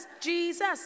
Jesus